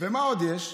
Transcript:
ומה עוד יש?